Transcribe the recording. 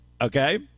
Okay